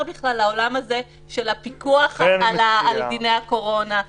בכלל לעולם הזה של הפיקוח על דיני הקורונה.